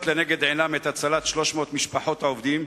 לנגד עיניהם את הצלת 300 משפחות העובדים,